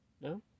No